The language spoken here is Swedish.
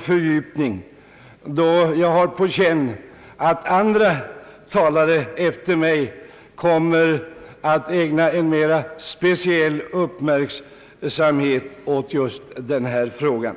på detta då jag har en känsla av att flera talare efter mig kommer att ägna speciell uppmärksamhet åt denna fråga.